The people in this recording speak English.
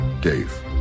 dave